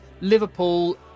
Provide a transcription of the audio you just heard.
Liverpool